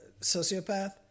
sociopath